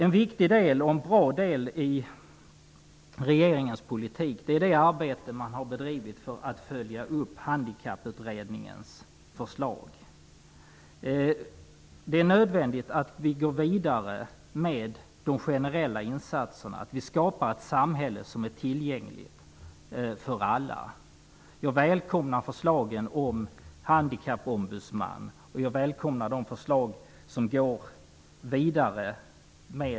En viktig och bra del i regeringens politik är det arbete man har bedrivit för att följa upp Handikapputredningens förslag. Det är nödvändigt att vi går vidare med de generella insatserna, att vi skapar ett samhälle som är tillgängligt för alla. Jag välkomnar förslagen om handikappombudsman. Jag välkomnar de förslag som går vidare.